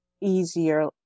easier